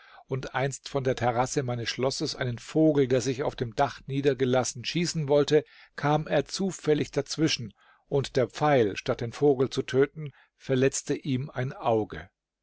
und einst von der terrasse meines schlosses einen vogel der sich auf dem dach niedergelassen schießen wollte kam er zufällig dazwischen und der pfeil statt den vogel zu töten verletzte ihm ein auge